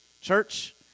church